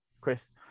Chris